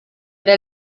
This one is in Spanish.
era